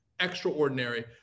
extraordinary